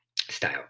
style